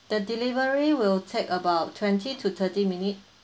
the delivery will take about twenty to thirty minute